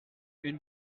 une